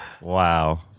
Wow